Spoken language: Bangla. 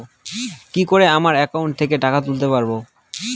কি করে আমার একাউন্ট থেকে টাকা তুলতে পারব?